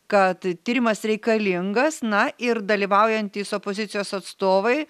kad tyrimas reikalingas na ir dalyvaujantys opozicijos atstovai